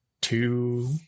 two